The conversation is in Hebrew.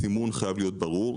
הסימון חייב להיות ברור.